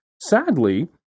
Sadly